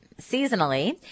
seasonally